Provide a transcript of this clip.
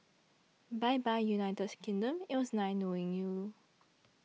bye bye United Kingdom it was nice knowing you